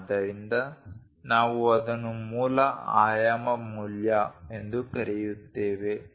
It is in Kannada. ಆದ್ದರಿಂದ ನಾವು ಅದನ್ನು ಮೂಲ ಆಯಾಮ ಮೌಲ್ಯ ಎಂದು ಕರೆಯುತ್ತೇವೆ